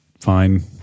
fine